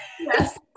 yes